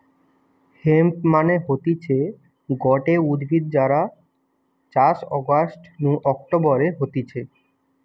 hemp মানে হতিছে গটে উদ্ভিদ যার চাষ অগাস্ট নু অক্টোবরে হতিছে